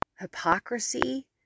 hypocrisy